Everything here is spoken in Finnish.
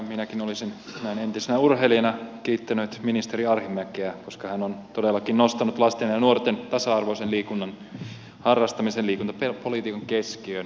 minäkin olisin näin entisenä urheilijana kiittänyt ministeri arhinmäkeä koska hän on todellakin nostanut lasten ja nuorten tasa arvoisen liikunnan harrastamisen liikuntapolitiikan keskiöön